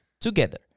together